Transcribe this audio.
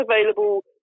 available